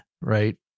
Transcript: right